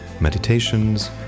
meditations